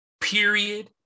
period